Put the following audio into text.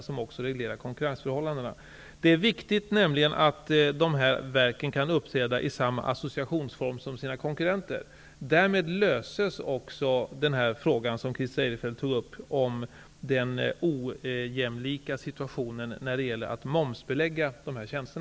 Den kommer också att reglera konkurrensförhållandena. Det är nämligen viktigt att dessa verk kan uppträda i samma associationsform som sina konkurrenter. Därmed löses också den fråga som Christer Eirefelt tog upp om den ojämlika situationen när det gäller att momsbelägga dessa tjänster.